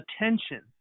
attention